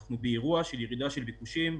אנחנו באירוע של ירידה בביקושים,